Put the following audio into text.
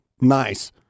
nice